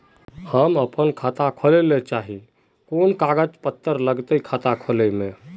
हम अपन खाता खोले चाहे ही कोन कागज कागज पत्तार लगते खाता खोले में?